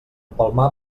palmar